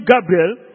Gabriel